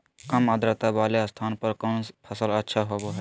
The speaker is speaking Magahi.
काम आद्रता वाले स्थान पर कौन फसल अच्छा होबो हाई?